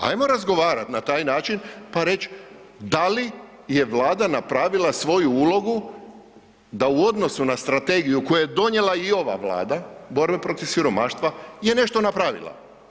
Hajmo razgovarati na taj način pa reći da li je Vlada napravila svoju ulogu da u odnosu na strategiju koju je donijela i ova Vlada, borbe protiv siromaštva je nešto napravila.